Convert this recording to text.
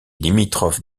limitrophe